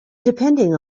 depending